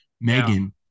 Megan